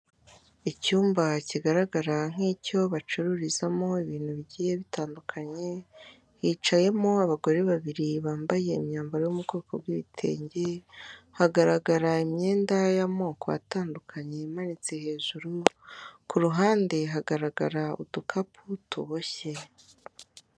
Icyumba kigaragara nk'icyo bacururizamo ibintu bigiye bitandukanye hicayemo abagore babiri bambaye imyambaro yo mu bwoko bw'ibitenge hagaragara imyenda y'amoko atandukanye imanitse hejuru ku ruhande hagaragara udukapu tuboshye.